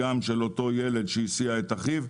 גם של אותו ילד שהסיע את אחיו.